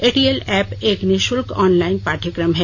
ए T L app एक निःशुल्क online पाठ्यक्रम है